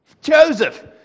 Joseph